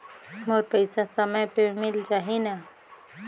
मोर पइसा समय पे मिल जाही न?